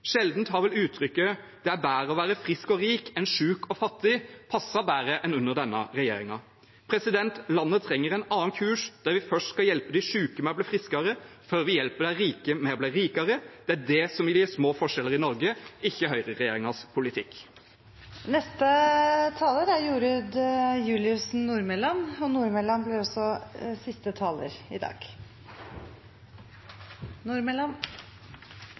Sjelden har vel uttrykket «det er bedre å være frisk og rik enn syk og fattig» passet bedre enn under denne regjeringen. Landet trenger en annen kurs, der vi skal hjelpe de syke med å bli å friskere før vi hjelper de rike med å bli rikere. Det er det som vil gi små forskjeller i Norge, ikke høyreregjeringens politikk. For tre år siden møtte jeg som vara under trontaledebatten, og